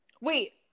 Wait